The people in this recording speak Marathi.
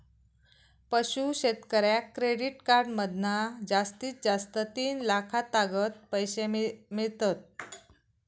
पशू शेतकऱ्याक क्रेडीट कार्ड मधना जास्तीत जास्त तीन लाखातागत पैशे मिळतत